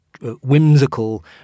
whimsical